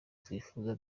twifuza